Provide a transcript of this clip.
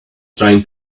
trying